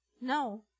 No